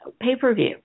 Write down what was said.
pay-per-view